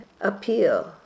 appeal